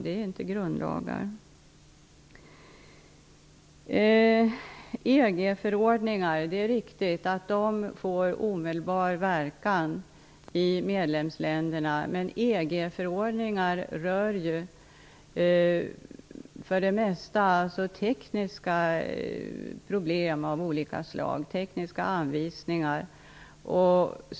Det är riktigt att EG-förordningar får omedelbar verkan i medlemsländerna. EG-förordningarna gäller dock för det mesta tekniska problem av olika slag. Det är således främst fråga om tekniska anvisningar.